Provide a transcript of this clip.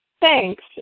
Thanks